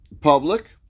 public